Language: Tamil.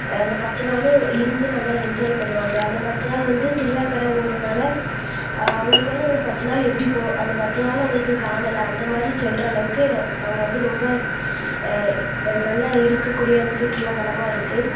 அந்த பத்து நாளும் இருந்து நல்லா என்ஜாய் பண்ணுவாங்க அந்த பத்து நாள் வந்து திருவிழாக் கடை ஓடுகிறனால அவங்களுக்கு வந்து அந்த பத்து நாள் எப்படி போ அந்த பத்து நாளை அவங்களுக்கு காணலை அந்தமாதிரி சொல்கிற அளவுக்கு அ அவங்க வந்து ரொம்ப நல்லா இருக்கக்கூடிய அந்த சுற்றுலாத்தலமாக இருக்குது